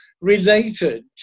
related